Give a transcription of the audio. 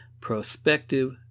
Prospective